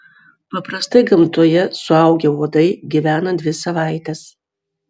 paprastai gamtoje suaugę uodai gyvena dvi savaites